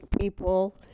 people